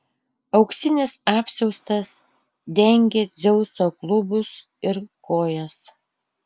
auksinis apsiaustas dengė dzeuso klubus ir kojas